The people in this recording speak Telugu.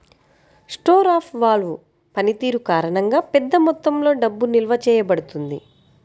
స్టోర్ ఆఫ్ వాల్వ్ పనితీరు కారణంగా, పెద్ద మొత్తంలో డబ్బు నిల్వ చేయబడుతుంది